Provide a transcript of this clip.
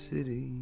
City